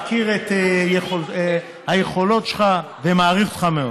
מכיר את היכולות שלך ומעריך אותך מאוד.